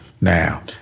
Now